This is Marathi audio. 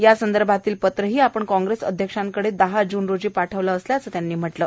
यासंदर्भातील पत्रही आपण काँग्रेस अध्यक्षांकडे दहा जून रोजी पाठवलं असल्याचंही त्यांनी म्हटलं आहे